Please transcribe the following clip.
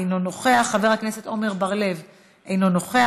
אינו נוכח,